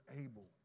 able